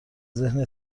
ذهن